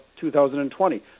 2020